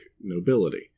nobility